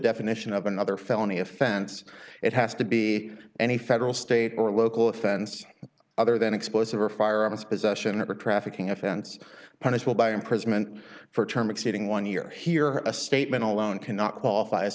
definition of another felony offense it has to be any federal state or local offense other than explosive or firearms possession or trafficking offense punishable by imprisonment for term exceeding one year here a statement alone cannot qualify as